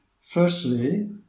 Firstly